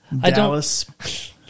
Dallas